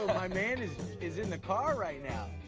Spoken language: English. my man is is in the car right now.